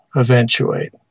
eventuate